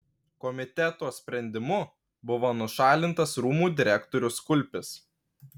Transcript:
komiteto sprendimu buvo nušalintas rūmų direktorius kulpis